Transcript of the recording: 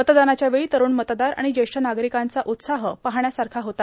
मतदानाच्या वेळी तरूण मतदार आणि ज्येष्ठ नागरिकांचा उत्साह पाहण्यासारख्या होता